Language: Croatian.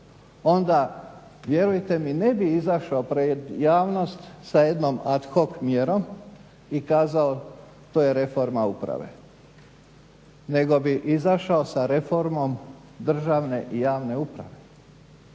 onda vjerujte mi ne bi izašao pred javnost sa jednom ad hoc mjerom i kazao to je reforma uprave nego bi izašao sa reformom državne i javne uprave